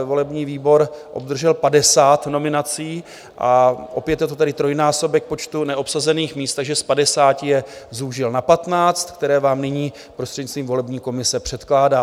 Volební výbor obdržel 50 nominací, opět je to tedy trojnásobek počtu neobsazených míst, takže z 50 je zúžil na 15, která vám nyní prostřednictvím volební komise předkládá.